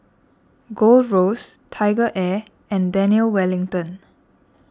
Gold Roast TigerAir and Daniel Wellington